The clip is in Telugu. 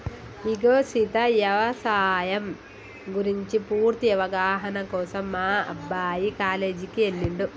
ఇగో సీత యవసాయం గురించి పూర్తి అవగాహన కోసం మా అబ్బాయి కాలేజీకి ఎల్లిండు